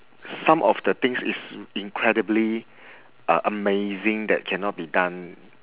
some of the things is incredibly uh amazing that cannot be done